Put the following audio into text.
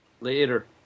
Later